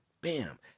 bam